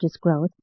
growth